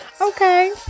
Okay